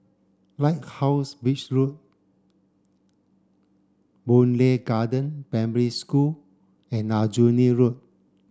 Lighthouse Beach Road Boon Lay Garden Primary School and Aljunied Road